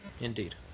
Indeed